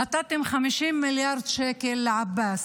נתתם 50 מיליארד שקל לעבאס.